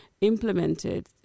implemented